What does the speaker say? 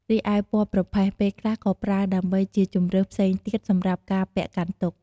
រីឯពណ៌ប្រផេះ ពេលខ្លះក៏ប្រើដើម្បីជាជម្រើសផ្សេងទៀតសម្រាប់ការពាក់កាន់ទុក្ខ។